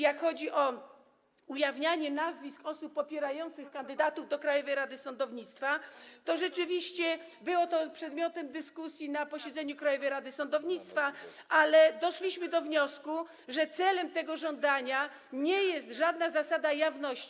Jeśli chodzi o ujawnianie nazwisk osób popierających kandydatów do Krajowej Rady Sądownictwa, to rzeczywiście było to przedmiotem dyskusji na posiedzeniu Krajowej Rady Sądownictwa, ale doszliśmy do wniosku, że celem tego żądania nie jest żadna zasada jawności.